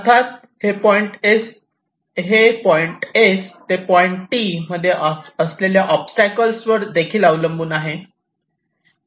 अर्थात हे point S ते पॉईंट T मध्ये असलेल्या ओबस्टॅकल्स वर देखील अवलंबून आहे